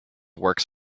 works